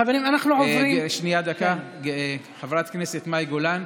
חברת הכנסת מאי גולן,